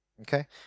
Okay